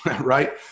right